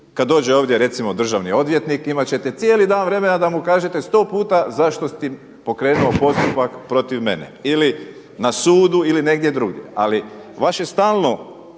kad dođe ovdje recimo državni odvjetnik imat ćete cijeli dan vremena da mu kažete sto puta zašto si pokrenuo postupak protiv mene ili na sudu ili negdje drugdje. Ali vaše stalno